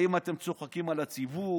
האם אתם צוחקים על הציבור?